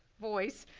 voice.